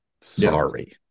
Sorry